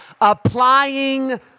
applying